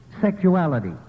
sexuality